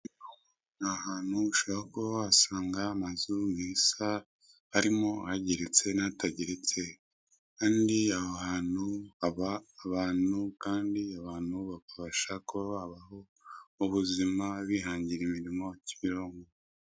Ni ahantu ushobora kuba wasanga amazu meza arimo ageretse n'atageretse. Kandi aho hantu haba abantu Kandi abantu bakabasha kuba babaho mu buzima bihangira imirimo. Kimironko.